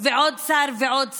ועוד שם, תודה רבה.